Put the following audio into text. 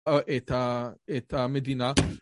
אה, את ה, את המדינה.